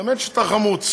באמת שאתה חמוץ.